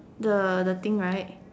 the the thing right